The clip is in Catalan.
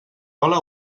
cola